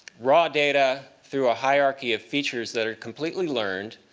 raw data through a hierarchy of features that are completely learned.